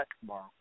tomorrow